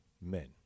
men